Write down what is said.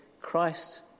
Christ